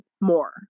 more